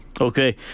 Okay